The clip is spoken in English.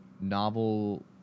novel